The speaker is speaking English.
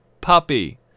Puppy